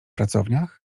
pracowniach